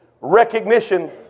Recognition